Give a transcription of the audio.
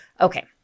Okay